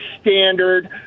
standard